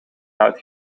out